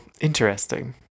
interesting